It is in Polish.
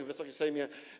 Wysoki Sejmie!